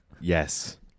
Yes